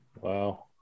Wow